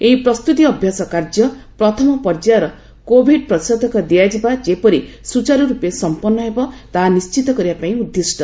ଏହି ପ୍ରସ୍ତୁତି ଅଭ୍ୟାସ କାର୍ଯ୍ୟ ପ୍ରଥମ ପର୍ଯ୍ୟାୟର କୋବିଡ୍ ପ୍ରତିଷେଧକ ଦିଆଯିବା ଯେପରି ସୂଚାରୁରୂପେ ସମ୍ପନ୍ନ ହେବ ତାହା ନିଶ୍ଚିତ କରିବା ପାଇଁ ଉଦ୍ଦିଷ୍ଟ